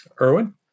Irwin